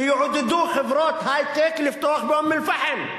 שיעודדו חברות היי-טק לפתוח באום-אל-פחם,